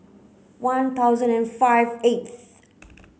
one thousand and five eighth